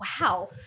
wow